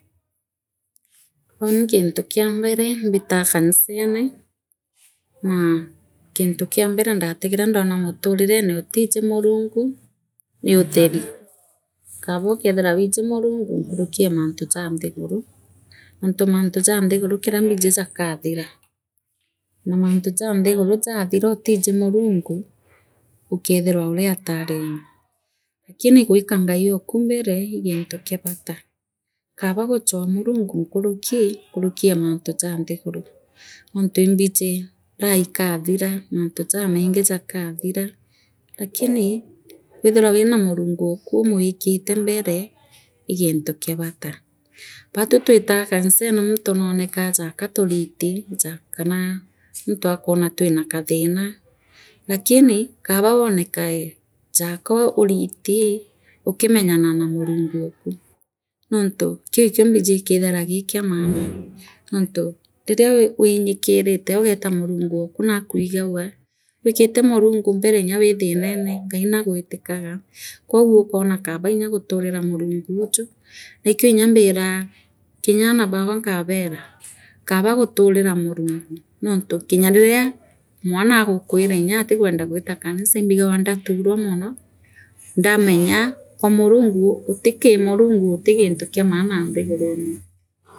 Uuni gintu kia mbere imbiitaa kanisani naa gintu kiambere ndatigere ndona muturirone utiiji murungu nutheri kaabo ukethira wiji murungu nkuruki ee mantu janthiguru nontu mantu jaa nthiguru kiria mbiji jakaathiraa naa mantu jaanthiguru jaathire utiji murungu ukeethirwa uuni hatarine lakini gwika ngai oku mbere ii gintu kia bata Kaaba gachwa murungu nkuruki nkuruki ee mantu jaanthiguru nontu imbiji raha ikathina mantu jamaingi jakathire lakini kwithirwa wina murungu okuu umwi kito mbere ii gintu kia bata baatwi teitaa kanisene muntu noonekaa jaka tunti ja kana muntu akoona twina kathina lakini kaba woonekae jaaka uriiti ukimenyanaa na murungu ooku nontu kiu ikio mbiji ikithairu kia maana nontu riria li wuinyikirite ugeeta murungu ooku naakwigagua wikite murungu mbele nya wi thinene Ngai nangwitikaga kwo ukoona Kaaba nya guturira murungu uuju ikio mbira kinyaana baakwa nkabeeraa kaba guturira murungu nontu kinya riria mwana agukwira nyaa aatikwenda gwita kanisa imbigagua ndaaturua mondo ndamenya kwa murungu uti kii murungu utii gintu kia maana nthigurune.